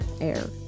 air